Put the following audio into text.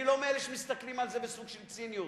אני לא מאלה שמסתכלים על זה בסוג של ציניות,